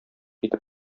итеп